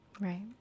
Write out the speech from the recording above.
Right